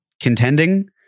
contending